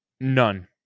None